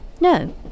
No